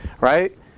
right